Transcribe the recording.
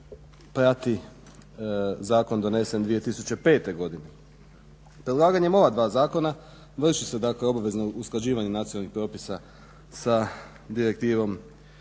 prati zakon donesen 2005. godine. Predlaganjem ova dva zakona vrši se obavezno dakle usklađivanje nacionalnih propisa sa direktivnom